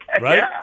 right